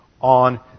on